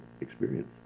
experience